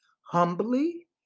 humbly